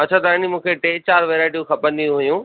अच्छा त आहे न मूंखे टे चारि वेराइटियूं खपंदी हुइयूं